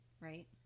right